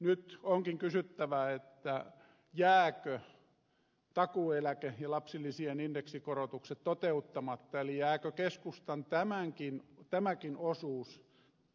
nyt onkin kysyttävä jäävätkö takuueläke ja lapsilisien indeksikorotukset toteuttamatta eli jääkö keskustan tämäkin osuus